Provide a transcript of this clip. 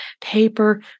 paper